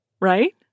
Right